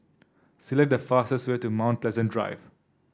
select the fastest way to Mount Pleasant Drive